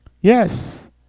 yes